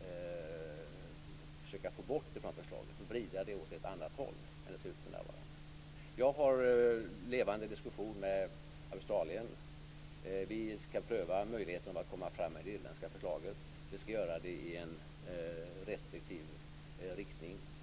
vill försöka få bort och vrida åt ett annat håll. Jag har en levande diskussion med Australien. Vi skall pröva möjligheten att komma fram med det irländska förslaget. Vi skall göra det i restriktiv riktning.